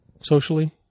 socially